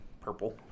Purple